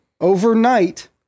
overnight